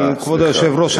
כבוד היושב-ראש,